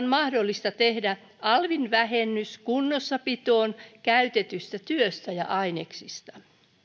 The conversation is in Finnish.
mahdollista tehdä alvin vähennys kunnossapitoon käytetystä työstä ja aineksista